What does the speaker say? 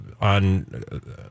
on